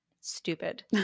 stupid